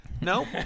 No